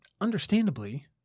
understandably